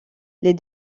les